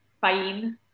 fine